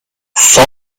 son